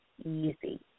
easy